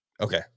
okay